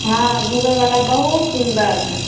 हँ घुमेवला बहुत सुन्दर हय